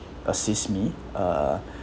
assist me uh